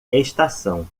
estação